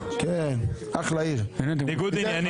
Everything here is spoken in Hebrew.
ניגוד עניינים.